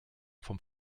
vom